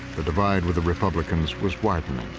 the divide with the republicans was widening.